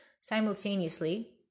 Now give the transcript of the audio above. Simultaneously